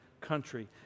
country